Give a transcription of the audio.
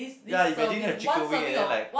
ya imagine the chicken wing and then like